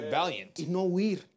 valiant